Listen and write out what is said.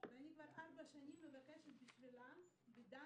ואני כבר ארבע שנים מבקשת בשבילה פדל